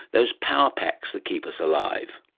those power packs that keep us alive.